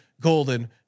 Golden